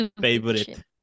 Favorite